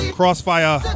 crossfire